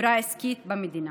וחברה עסקית במדינה.